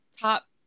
top